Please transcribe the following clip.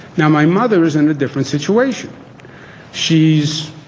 now, my mother's in a different situation she's